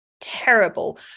Terrible